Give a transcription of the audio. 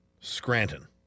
Scranton